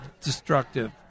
destructive